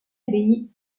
abbaye